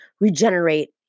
regenerate